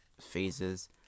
phases